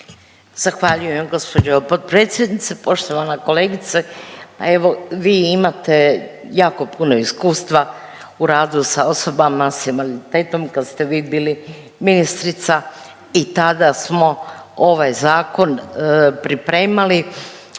Zahvaljujem gospođo potpredsjednice. Poštovana kolegice, pa evo vi imate jako puno iskustva u radu sa osoba s invaliditetom kad ste vi bili ministrica i tada smo ovaj zakon pripremali.